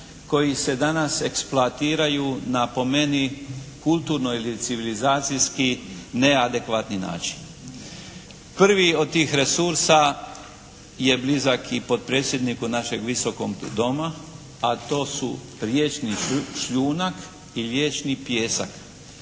koji se danas eksploatiraju na po meni kulturnoj necivilizacijski neadekvatni način. Prvi od tih resursa je blizak i potpredsjedniku našeg Visokog doma, a to su riječni šljunak i riječni pijesak.